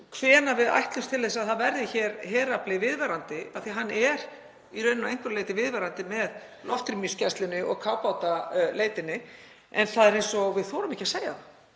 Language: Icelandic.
hvenær við ætlumst til þess að það verði hér herafli viðvarandi. Hann er í rauninni að einhverju leyti viðvarandi með loftrýmisgæslunni og kafbátaleitinni en það er eins og við þorum ekki að segja